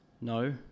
No